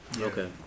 Okay